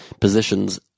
positions